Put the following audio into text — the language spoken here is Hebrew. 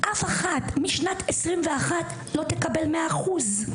משנת 2021 אף אחת לא תקבל 100 אחוז.